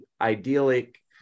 idyllic